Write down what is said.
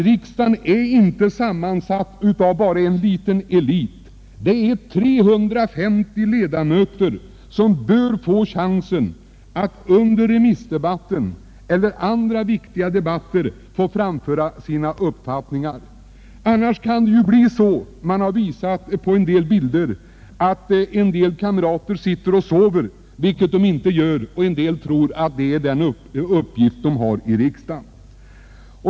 Riksdagen är ändå inte sammansatt av bara en liten elit, utan det är 350 ledamöter som bör få chansen att under remissdebatten eller under andra viktiga debatter redovisa sina uppfattningar. Annars kan det ju bli såsom man har visat på en del bilder, att vissa kamrater ser ut att sitta och sova, vilket de ju inte gör. En del tror dock att detta är den uppgift som dessa kamrater har i riksdagen.